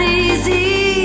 easy